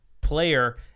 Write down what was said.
player